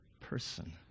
person